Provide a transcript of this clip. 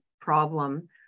problem